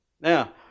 Now